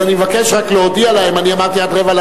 אז אני מבקש רק להודיע להם, אני אמרתי עד 10:45,